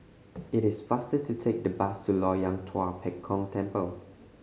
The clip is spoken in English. it is faster to take the bus to Loyang Tua Pek Kong Temple